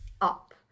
up